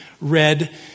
read